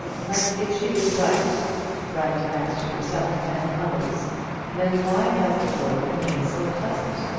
but if she was right right as to herself and others then why has the world been made so pleasant?